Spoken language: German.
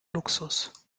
luxus